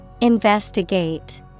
Investigate